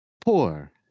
poor